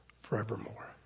forevermore